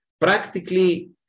Practically